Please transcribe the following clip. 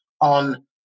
on